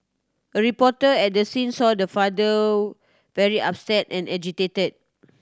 a reporter at the scene saw the father very upset and agitated